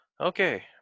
okay